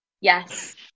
Yes